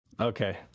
Okay